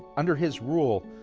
under his rule,